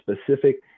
Specific